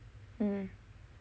mm